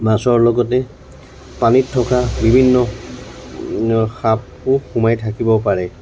মাছৰ লগতে পানীত থকা বিভিন্ন সাপো সোমাই থাকিব পাৰে